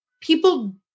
people